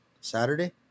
Saturday